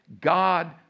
God